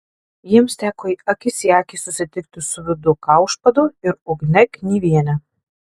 jiems teko akis į akį susitikti su vidu kaušpadu ir ugne knyviene